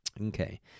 Okay